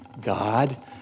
God